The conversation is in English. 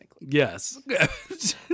yes